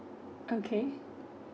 okay